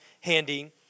handy